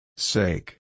Sake